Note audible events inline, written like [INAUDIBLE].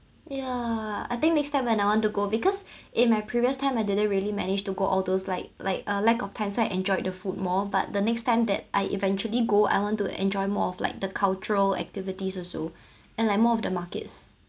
yeah I think next time when I want to go because in my previous time I didn't really manage to go all those like like uh lack of times so I enjoyed the food more but the next time that I eventually go I want to enjoy more of like the cultural activities also [BREATH] and like more of the markets